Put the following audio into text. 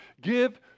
Give